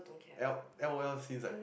L L_O_L seems like